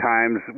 Times